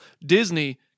Disney